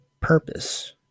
purpose